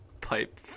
pipe –